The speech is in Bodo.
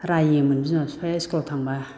रायोमोन बिमा बिफाया इस्कुलाव थांबा